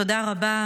תודה רבה.